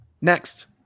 next